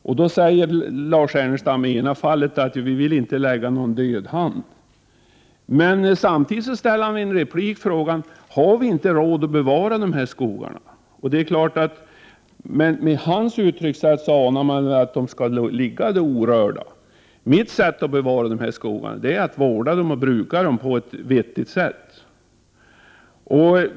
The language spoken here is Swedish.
Lars Ernestam sade att man inte vill lägga någon död hand över det hela. Samtidigt ställde han i en replik frågan: Har vi inte råd att bevara de här skogarna? Som han uttalar sig kan man tro att skogarna skall ligga orörda. Enligt mitt sätt att se skall skogarna bevaras genom att vi vårdar och brukar dem på ett vettigt sätt.